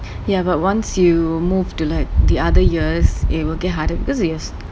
ya but once you move to like the other years it will get harder because you're